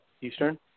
Eastern